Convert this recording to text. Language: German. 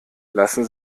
lassen